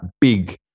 big